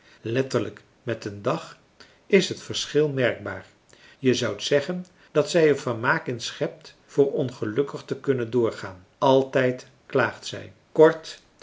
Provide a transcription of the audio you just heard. letterlijk met den dag is het verschil merkbaar je zoudt zeggen dat zij er vermaak in schept voor ongelukkig te kunnen doorgaan altijd klaagt zij kort